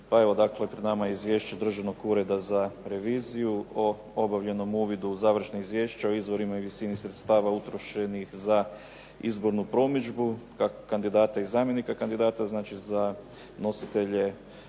pred nama je Izvješće Državnog ureda za reviziju o obavljenom uvidu u završna izvješća o izvorima i visini sredstava utrošenih za izbornu promidžbu kandidata i zamjenika kandidata, znači za nositelje